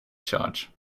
charge